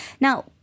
Now